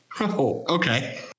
Okay